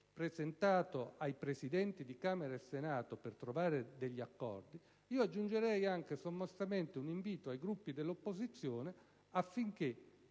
presentato ai Presidenti di Camera e Senato per trovare degli accordi, aggiungerei anche, sommessamente, un invito ai Gruppi dell'opposizione affinché